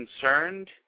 concerned